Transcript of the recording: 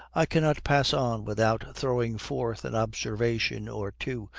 i cannot pass on without throwing forth an observation or two,